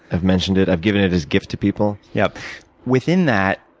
i've mentioned it. i've given it as gifts to people. yeah within that,